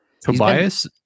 Tobias